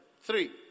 Three